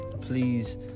please